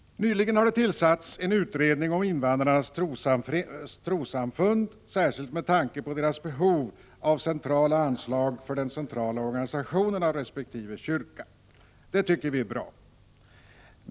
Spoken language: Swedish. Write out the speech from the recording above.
Nyligen har det tillsatts en utredning om invandrarnas trossamfund, särskilt med tanke på deras behov av centrala anslag för den centrala organisationen av resp. kyrka. Det tycker vi är bra.